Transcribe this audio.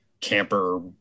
Camper